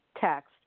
text